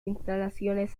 instalaciones